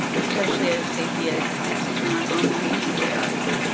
especially as safety is is taking on all new meanings for us.